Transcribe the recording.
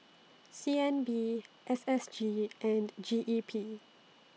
C N B S S G and G E P